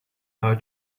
our